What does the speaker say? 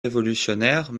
révolutionnaires